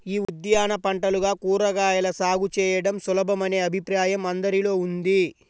యీ ఉద్యాన పంటలుగా కూరగాయల సాగు చేయడం సులభమనే అభిప్రాయం అందరిలో ఉంది